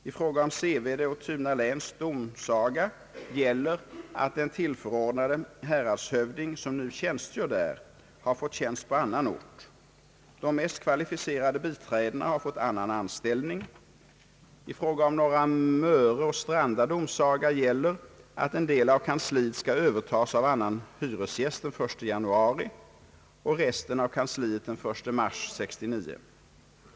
I fråga om Sevede och Tunaläns domsaga gäller att den tillförordnade häradshövding, som nu tjänstgör där, har fått tjänst på annan ort. De mest kvalificerade biträdena har fått annan anställning. I fråga om Norra Möre och Stranda domsaga gäller att en del av kansliet skall övertas av annan hyresgäst den 1 januari och resten av kansliet den 1 mars 1969.